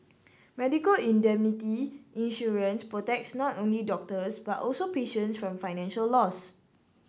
medical indemnity insurance protects not only doctors but also patients from financial loss